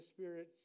Spirit